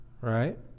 right